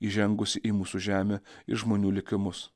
įžengusį į mūsų žemę ir žmonių likimus